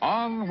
on